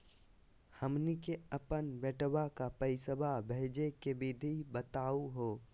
हमनी के अपन बेटवा क पैसवा भेजै के विधि बताहु हो?